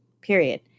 period